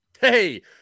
Hey